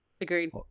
agreed